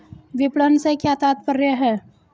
विपणन से क्या तात्पर्य है?